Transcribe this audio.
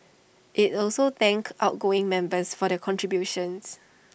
IT also thanked outgoing members for their contributions